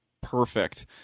perfect